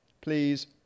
please